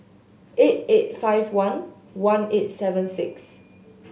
eight eight five one one eight seven six